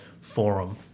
forum